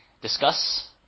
discuss